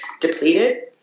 depleted